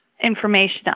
Information